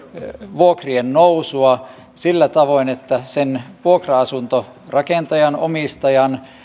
vuokrien nousua sillä tavoin että sen vuokra asuntorakentajan omistajan